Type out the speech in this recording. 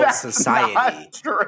society